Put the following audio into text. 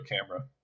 camera